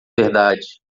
verdade